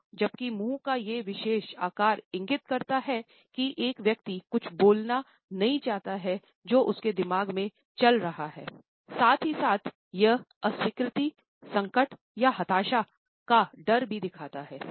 तो जबकि मुंह का यह विशेष आकार इंगित करता है कि एक व्यक्ति कुछ बोलना नहीं चाहते हैं जो उसके दिमाग में चल रहा हैसाथ ही साथ यह अस्वीकृति संकट या हताशा का डर भी दिखाता है